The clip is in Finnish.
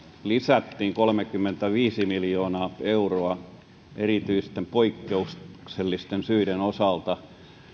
lisättiin kolmekymmentäviisi miljoonaa euroa erityisten poikkeuksellisten syiden osalta